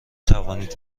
توانید